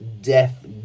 death